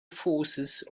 forces